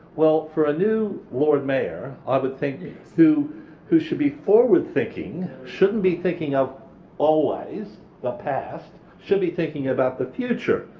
well, for a new lord mayor, i would think who who should be forward thinking shouldn't be thinking of always the past, should be thinking about the future.